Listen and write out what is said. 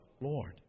Lord